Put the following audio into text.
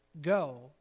Go